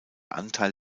anteil